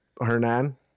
Hernan